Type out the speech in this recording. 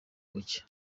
buke